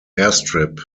airstrip